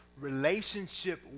relationship